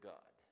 God